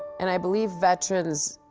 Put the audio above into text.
and i believe veterans,